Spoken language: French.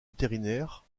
vétérinaire